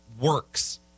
works